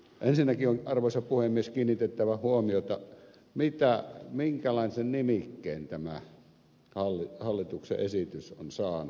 ensinnäkin on arvoisa puhemies kiinnitettävä huomiota siihen minkälaisen nimikkeen tämä hallituksen esitys on saanut